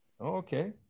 Okay